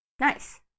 nice